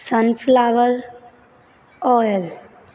sunflower oil